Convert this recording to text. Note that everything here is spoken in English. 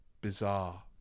bizarre